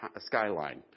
skyline